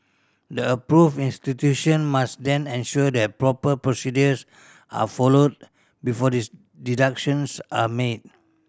the approved institution must then ensure that proper procedures are followed before deductions are made